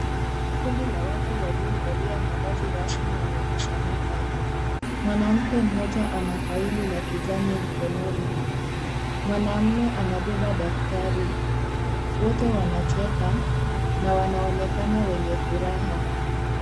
Kundi la watu waliovalia mavazi rasmi wamekusanyika. Mwanamke mmoja anafaili la kijani mkononi. Mwanamme anabeba daftari, wote wanacheka na wanaonekana wenye furaha.